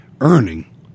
earning